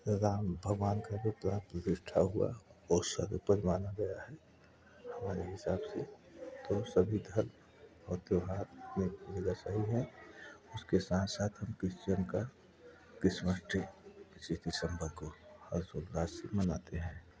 राम भगवान का जो प्राण प्रतिष्ठा हुआ वो सर्वोपरि माना गया है हमारे हिसाब से तो सभी धर्म और त्योहार में वैसा ही है उसके साथ साथ हम क्रिश्चन का क्रिसमस डे पच्चीस दिसंबर को हर्ष उल्लास से मनाते हैं